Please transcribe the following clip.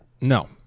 No